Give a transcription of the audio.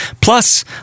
Plus